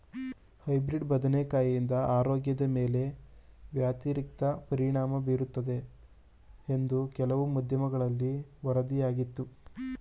hybrid ಬದನೆಕಾಯಿಂದ ಆರೋಗ್ಯದ ಮೇಲೆ ವ್ಯತಿರಿಕ್ತ ಪರಿಣಾಮ ಬೀರುತ್ತದೆ ಎಂದು ಕೆಲವು ಮಾಧ್ಯಮಗಳಲ್ಲಿ ವರದಿಯಾಗಿತ್ತು